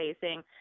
facing